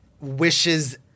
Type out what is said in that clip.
wishes